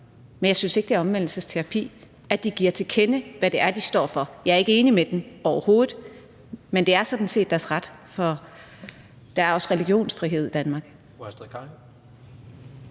men jeg synes ikke, det er omvendelsesterapi, at de giver til kende, hvad det er, de står for. Jeg er ikke enig med dem overhovedet, men det er sådan set deres ret, for der er også religionsfrihed i Danmark.